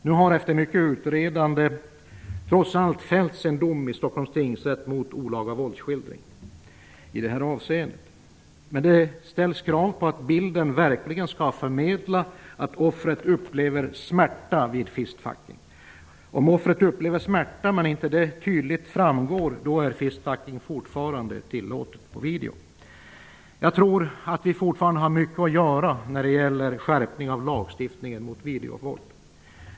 Nu har efter mycket utredande trots allt en dom avkunnats i Stockholms tingsrätt mot olaga våldsskildring i det här avseendet. Men det ställs krav på att bilden verkligen skall förmedla att offret upplever smärta vid ''fist-fucking''. Om offret upplever smärta men det inte tydligt framgår är Jag tror att vi fortfarande har mycket att göra när det gäller skärpning av lagstiftningen mot videovåld.